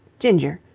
ginger,